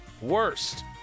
Worst